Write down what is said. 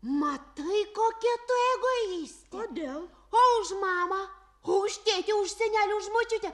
matai kokia tu egoistė kodėl o už mamą o už tėtį už senelį už močiutę